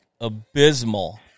abysmal